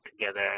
together